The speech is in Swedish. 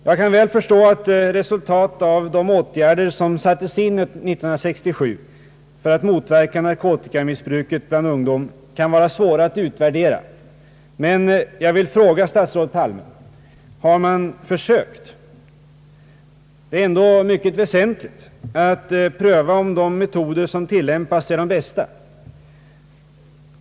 Jag kan väl förstå att resultaten av de åtgärder som sattes in 1967 för att motverka narkotikamissbruket bland ungdom kan vara svåra att värdera, men jag vill fråga statsrådet Palme: Har man försökt? Det är ändå mycket väsentligt att pröva om de metoder som tillämpas är de bästa.